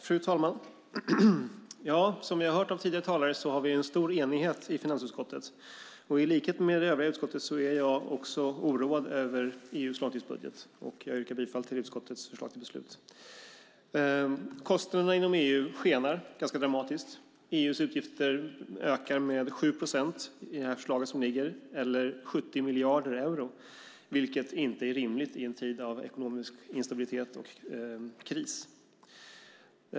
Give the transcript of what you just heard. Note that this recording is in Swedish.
Fru talman! Som ni har hört av tidigare talare har vi en stor enighet i finansutskottet. I likhet med övriga i utskottet är jag oroad över EU:s långtidsbudget. Jag yrkar bifall till utskottets förslag till beslut. Kostnaderna inom EU skenar ganska dramatiskt. EU:s utgifter ökar med 7 procent, eller 70 miljarder euro, i det förslag som ligger, vilket inte är rimligt i en tid av ekonomisk instabilitet och kris.